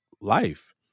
life